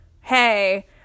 hey